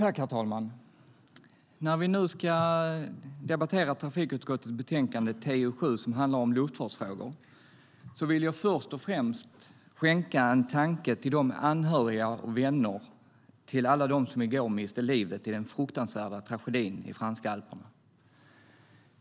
Herr talman! Vi ska nu debattera trafikutskottets betänkande TU7 som handlar om luftfartsfrågor. Först och främst vill jag skänka en tanke till de anhöriga och vänner till alla dem som i går miste livet i den fruktansvärda tragedin i franska alperna.